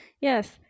yes